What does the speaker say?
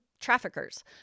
traffickers